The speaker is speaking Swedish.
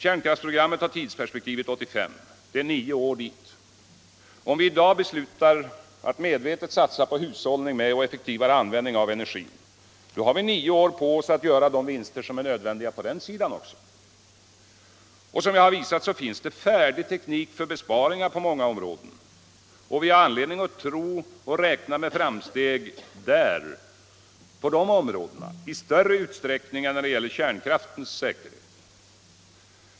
Det är nio år till 1985. Om vi i dag beslutar att medvetet satsa på hushållning och effektivare användning av energi, har vi nio år på oss att göra de vinster som är nödvändiga på den sidan också. Som jag har visat, finns det färdig teknik för besparingar på många områden, och vi har anledning att räkna med framsteg på de områdena i större utsträckning än när det gäller kärnkraftens säkerhet.